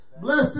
Blessed